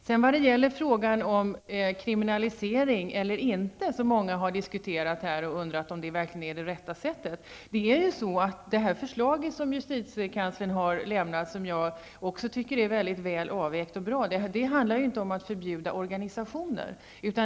Många har här diskuterat frågan om kriminalisering och undrat om det är det rätta sättet. Det förslag som justitiekanslern har lämnat, som jag också tycker är bra och väl avvägt, handlar inte om att förbjuda organisationer.